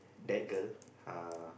that girl uh